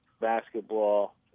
basketball